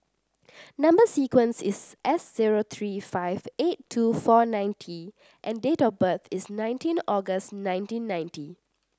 number sequence is S zero three five eight two four nine T and date of birth is nineteen August nineteen ninety